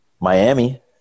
Miami